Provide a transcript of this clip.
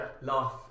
laugh